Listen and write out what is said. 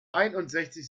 einundsechzig